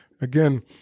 Again